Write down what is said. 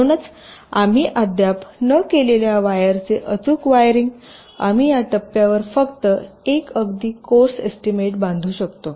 म्हणून आम्ही अद्याप न केलेल्या वायरचे अचूक वायरिंग आम्ही या टप्प्यावर फक्त एक अगदी कोर्स एस्टीमेट बांधू शकतो